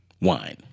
wine